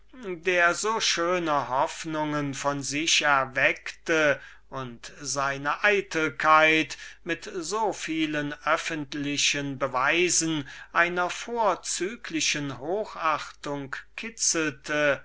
der so schöne hoffnungen von sich erweckte und seine philosophische eitelkeit mit so vielen öffentlichen beweisen einer vorzüglichen hochachtung kitzelte